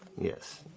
Yes